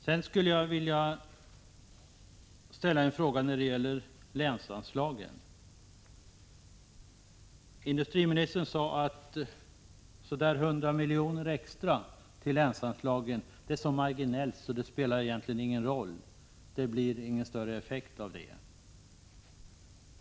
Jag skulle också vilja ställa en fråga beträffande länsanslagen. Industriministern sade att omkring 100 milj.kr. extra till länsanslagen är ett så marginellt belopp att det egentligen inte spelar någon roll. Det blir ingen större effekt av det.